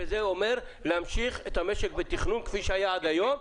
שזה אומר להמשיך את המשק בתכנון כפי שהיה עד היום,